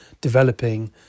developing